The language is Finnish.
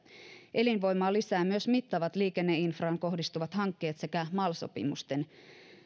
elinvoimaa lisäävät myös mittavat liikenneinfraan kohdistuvat hankkeet sekä mal sopimusten